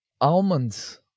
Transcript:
Almonds